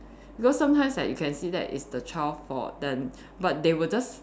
because sometimes that you can see that it's the child fault then but they will just